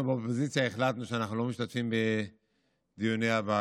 אנחנו באופוזיציה החלטנו שאנחנו לא משתתפים בדיוני הוועדה.